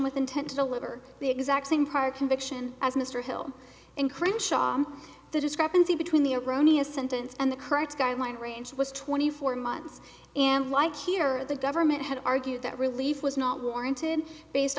with intent to deliver the exact same park conviction as mr hill and crenshaw the discrepancy between the erroneous sentance and the current skyline range was twenty four months and like here are the government had argued that relief was not warranted based